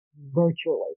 virtually